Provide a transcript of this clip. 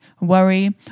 worry